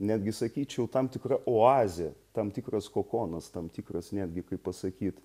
netgi sakyčiau tam tikra oazė tam tikras kokonas tam tikras netgi kaip pasakyt